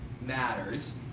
Matters